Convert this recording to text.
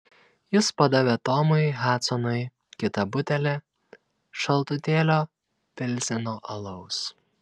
jis padavė tomui hadsonui kitą butelį šaltutėlio pilzeno alaus